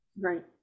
Right